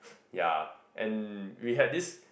ya and we had this